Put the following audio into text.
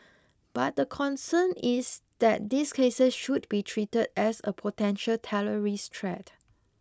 but the concern is that these cases should be treated as a potential terrorist threat